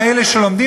אני לא רוצה לעכב